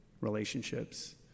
relationships